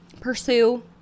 pursue